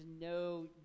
no